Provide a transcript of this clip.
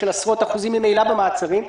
לירידה של עשרות אחוזים ממילא במעצרים.